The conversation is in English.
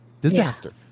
Disaster